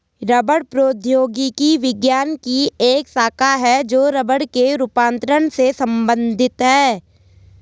रबड़ प्रौद्योगिकी विज्ञान की एक शाखा है जो रबड़ के रूपांतरण से संबंधित है